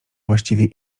właściwie